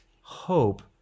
hope